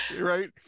Right